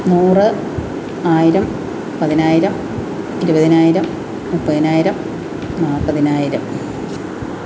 നൂറ് ആയിരം പതിനായിരം ഇരുപതിനായിരം മുപ്പതിനായിരം നാല്പതിനായിരം